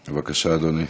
בבקשה, אדוני.